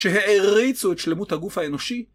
שהעריצו את שלמות הגוף האנושי.